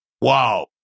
Wow